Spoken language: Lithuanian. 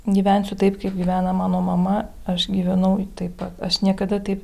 gyvensiu taip kaip gyvena mano mama aš gyvenau taip pat aš niekada taip